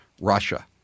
Russia